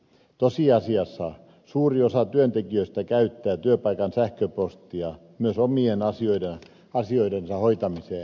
tosiasiassa suuri osa työntekijöistä käyttää työpaikan sähköpostia myös omien asioidensa hoitamiseen